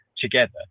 together